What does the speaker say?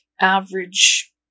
average